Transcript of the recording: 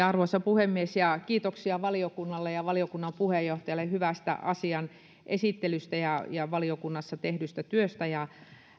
arvoisa puhemies kiitoksia valiokunnalle ja valiokunnan puheenjohtajalle hyvästä asian esittelystä ja ja valiokunnassa tehdystä työstä ja